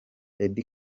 eddy